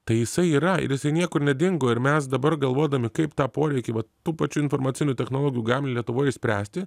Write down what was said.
tai jisai yra ir jisai niekur nedingo ir mes dabar galvodami kaip tą poreikį vat tų pačių informacinių technologų galim lietuvoj išspręsti